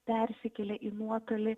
persikėlė į nuotolį